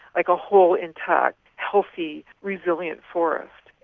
like a whole, intact, healthy, resilient forest.